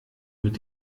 mit